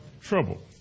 Trouble